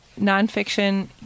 nonfiction